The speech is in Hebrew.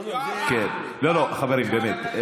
חברים, באמת.